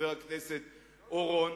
חבר הכנסת אורון,